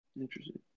Interesting